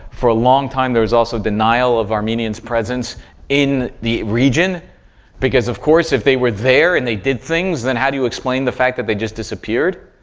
for a long time there was also denial of armenians presence in the region because, of course, if they were there and they did things then how do you explain the fact that they just disappeared.